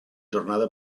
jornada